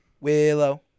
Willow